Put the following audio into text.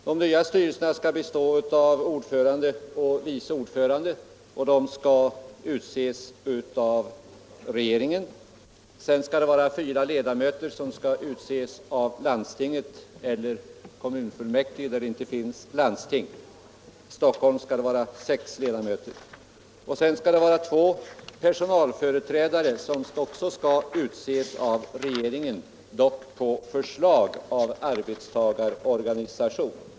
De nya styrelserna skall bestå av ordförande och vice ordförande som skall utses av regeringen och fyra ledamöter som skall utses av landsting eller kommunfullmäktige där det inte finns landsting — i Stockholm skall det vara sex ledamöter — samt två personalrepresentanter som skall utses av regeringen, dock på förslag av arbetstagarorganisation.